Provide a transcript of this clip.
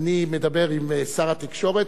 אני מדבר עם שר התקשורת,